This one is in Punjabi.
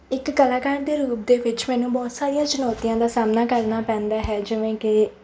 ਇੱਕ ਕਲਾਕਾਰ ਦੇ ਰੂਪ ਦੇ ਵਿੱਚ ਮੈਨੂੰ ਬਹੁਤ ਸਾਰੀਆਂ ਚੁਣੌਤੀਆਂ ਦਾ ਸਾਹਮਣਾ ਕਰਨਾ ਪੈਂਦਾ ਹੈ ਜਿਵੇਂ ਕਿ